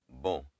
Bom